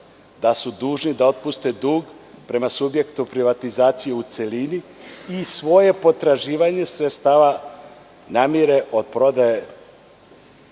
da su dužni da otpuste dug prema subjektu privatizacije u celini i svoje potraživanje sredstava namire od prodaje